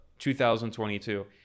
2022